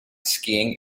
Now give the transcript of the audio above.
skiing